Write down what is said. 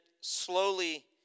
slowly